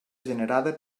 generada